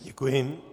Děkuji.